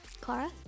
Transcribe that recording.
Clara